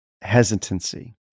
hesitancy